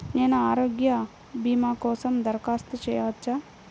నేను ఆరోగ్య భీమా కోసం దరఖాస్తు చేయవచ్చా?